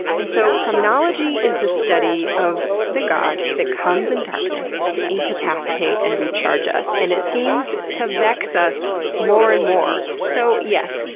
and so, somnology is the study of the god that comes in darkness to incapacitate and recharge us, and it seems to vex us more and more. so yes,